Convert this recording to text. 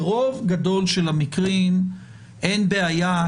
ברוב גדול של המקרים אין בעיה,